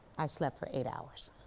i slept for eight hours.